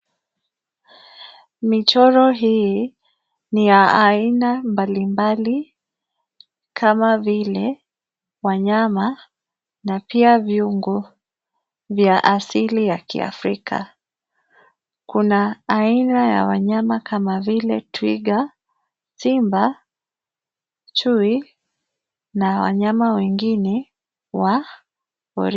Michoro hii ni ya aina mbalimbali kama vile: wanyama, na pia viungo vya asili ya kiafrika. Kuna aina ya wanyama kama vile: twiga ,simba, chui na wanyama wengine wa porini.